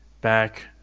back